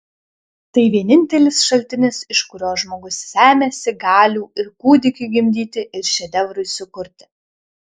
tai vienintelis šaltinis iš kurio žmogus semiasi galių ir kūdikiui gimdyti ir šedevrui sukurti